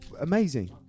amazing